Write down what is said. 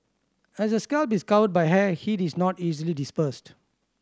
as the scalp is covered by hair heat is not easily dispersed